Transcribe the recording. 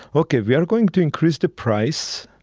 ok, we are going to increase the price,